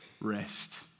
rest